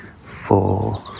four